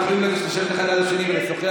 אתם יכולים לשבת אחד ליד השני ולשוחח,